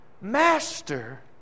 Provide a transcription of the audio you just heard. Master